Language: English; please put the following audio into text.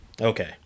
Okay